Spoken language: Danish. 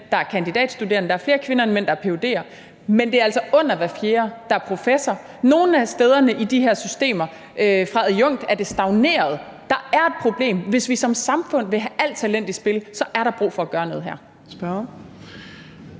der er kandidatstuderende, at der er flere kvinder end mænd, der er ph.d.'ere, men det er altså under hver fjerde, der er professor. Nogle af stederne i de her systemer er det stagneret fra adjunkt. Der er et problem, og hvis vi som samfund vil have alle talenter i spil, er der brug for at gøre noget her.